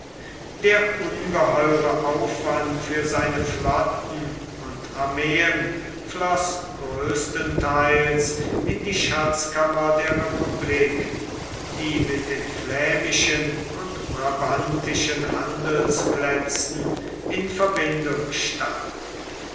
der ungeheure aufwand für seine flotten und armeen floß größtentheils in die schatzkammer der republik die mit den flämischen und brabantischen handelsplätzen in verbindung stand